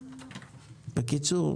בקיצור,